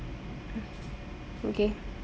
okay